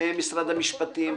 ממשרד המשפטים,